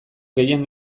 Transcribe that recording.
gehien